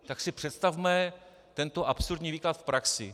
Tak si představme tento absurdní výklad v praxi.